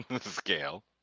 Scale